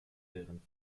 deren